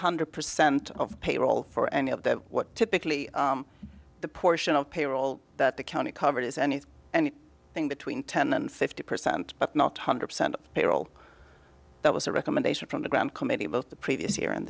one hundred percent of payroll for any of that what typically the portion of payroll that the county covered is any any thing between ten and fifty percent but not hundred percent payroll that was a recommendation from the ground committee both the previous year and